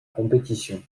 compétition